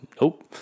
Nope